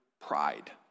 pride